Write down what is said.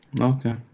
Okay